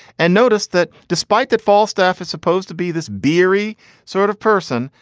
and notice that despite that, falstaff is supposed to be this beery sort of person,